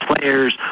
players